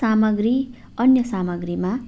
सामाग्री अन्य सामाग्रीमा